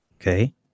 Okay